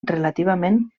relativament